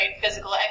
physical